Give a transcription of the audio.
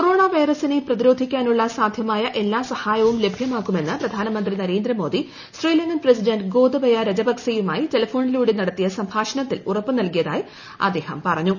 corona വൈറസിനെ പ്രതിരോധിക്കാനുള്ള സാധ്യമായ എല്ലാ സഹായവും ലഭ്യമാക്കുമെന്ന് പ്രധാനമന്ത്രി നരേന്ദ്രമോദി ശ്രീലങ്കൻ പ്രസിഡന്റ് ഗോദബയാ രജ്പക്സെയുമായി ടെലഫോണിലൂടെ നടത്തിയ സംഭാഷണത്തിൽ ഉറപ്പ് നൽകിയതായി അദ്ദേഹം പറഞ്ഞു